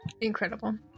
Incredible